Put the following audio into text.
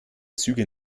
züge